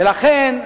ולכן,